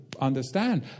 understand